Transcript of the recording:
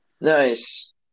nice